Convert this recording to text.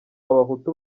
abahutu